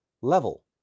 level